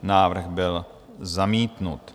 Návrh byl zamítnut.